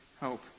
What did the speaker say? help